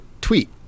tweet